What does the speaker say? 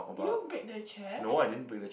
did you break the chair